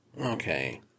Okay